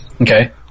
Okay